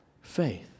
faith